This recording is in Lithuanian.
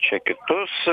čia kitus